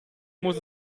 muss